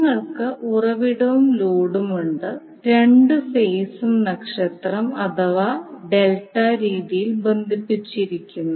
നിങ്ങൾക്ക് ഉറവിടവും ലോഡും ഉണ്ട് രണ്ട് ഫേസും നക്ഷത്രം അഥവാ ഡെൽറ്റാ രീതിയിൽ ബന്ധിപ്പിച്ചിരിക്കുന്നു